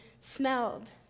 smelled